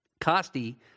Costi